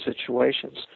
situations